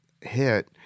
hit